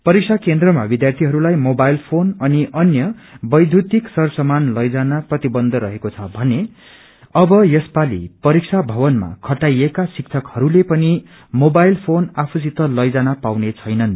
परीक्षा केन्द्रमा विध्यार्यीहरूलाई मोबाइल फ्रेन अनि अन्य वैषुतिक सर सामान लैजान प्रतिकन्थ रहेको छ भने अव यसपाली परीक्षा भवनमा खटाइएका शिक्षकहरूले पनि मोबाइल फ्रोन आफूसित लैजान पाउने छैनन्